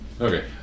Okay